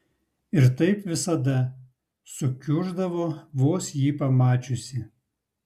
ir taip visada sukiuždavo vos jį pamačiusi